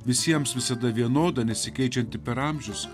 visiems visada vienoda nesikeičianti per amžius